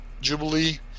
jubilee